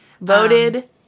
Voted